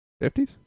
Fifties